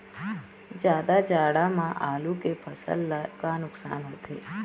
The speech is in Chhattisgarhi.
जादा जाड़ा म आलू के फसल ला का नुकसान होथे?